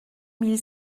mille